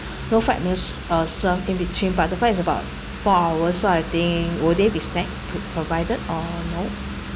no flight meals uh served in between but the flight is about four hours so I think will they be snack pro~ provided or no